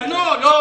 סיכמנו פה